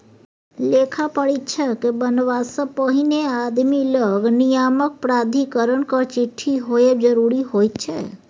लेखा परीक्षक बनबासँ पहिने आदमी लग नियामक प्राधिकरणक चिट्ठी होएब जरूरी होइत छै